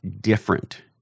different